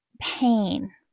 pain